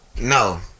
No